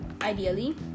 ideally